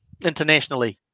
internationally